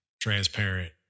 transparent